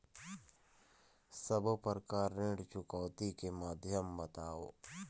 सब्बो प्रकार ऋण चुकौती के माध्यम बताव?